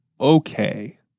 okay